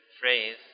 phrase